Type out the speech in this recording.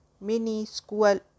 mini-school